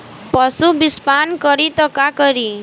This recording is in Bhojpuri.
पशु विषपान करी त का करी?